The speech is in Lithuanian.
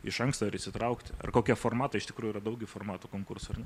iš anksto ar įsitraukti ar kokie formatai iš tikrųjų yra daug gi formatų konkursų ar ne